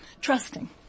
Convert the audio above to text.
Trusting